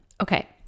Okay